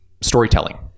storytelling